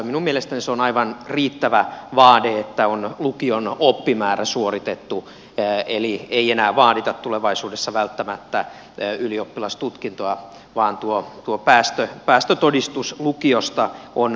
minun mielestäni se on aivan riittävä vaade että on lukion oppimäärä suoritettu eli ei enää vaadita tulevaisuudessa välttämättä ylioppilastutkintoa vaan tuo päästötodistus lukiosta on riittävä